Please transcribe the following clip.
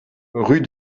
rue